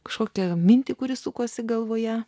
kažkokią mintį kuri sukosi galvoje